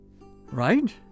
right